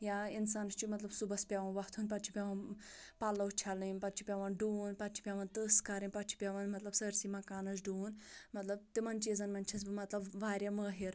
یا اِنسانَس چھُ مطلب صبُحس پیٚوان وۄتھُن پَتہٕ چھِ پیٚوان پَلوٚو چھَلٕنۍ پَتہٕ چھُ پیٚوان ڈُوُن پَتہٕ چھُ پیٚوان تٕژھ کَرٕنۍ پَتہٕ چھُ پیٚوان مطلب سٲرسٕے مَکانَس ڈُوُن مطلب تِمَن چیٖزَن منٛز چھیٚس بہٕ مطلب واریاہ مٲہر